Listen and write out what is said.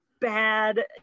bad